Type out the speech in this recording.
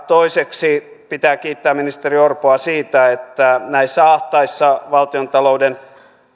toiseksi pitää kiittää ministeri orpoa siitä että näissä ahtaissa valtiontalouden